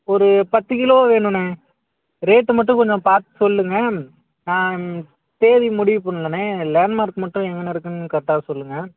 ஒரு பத்துக் கிலோ வேணுண்ணே ரேட்டு மட்டும் கொஞ்சம் பார்த்து சொல்லுங்கள் தேதி முடிவு பண்ணலண்ணே லேண்ட் மார்க் மட்டும் எங்கன இருக்குன்னு கரெட்டாக சொல்லுங்கள்